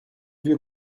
vieux